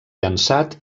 llançat